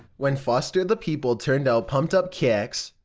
when foster the people turned out pumped up kicks,